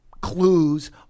clues